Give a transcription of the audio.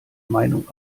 meinung